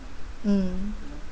mm